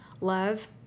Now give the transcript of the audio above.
Love